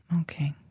Okay